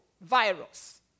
virus